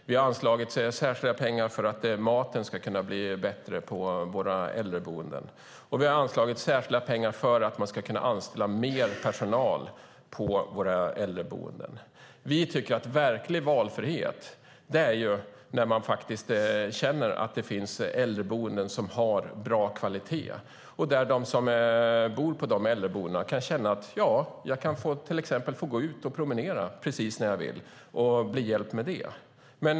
Vi har anslagit särskilda pengar för att maten ska kunna bli bättre på våra äldreboenden. Vi har anslagit särskilda pengar för att man ska kunna anställa mer personal på våra äldreboenden. Vi tycker att verklig valfrihet är när man känner att det finns äldreboenden som har bra kvalitet och där de boende till exempel kan få hjälp med att gå ut och promenera precis när de vill.